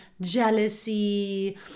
jealousy